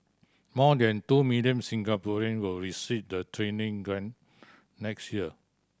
more than two million Singaporean will receive the training grant next year